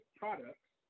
products